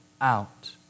out